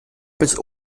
bis